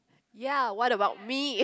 ya what about me